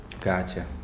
Gotcha